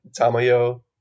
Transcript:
Tamayo